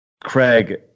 Craig